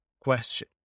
question